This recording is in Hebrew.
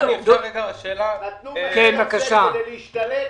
נתנו מחיר כדי להשתלט.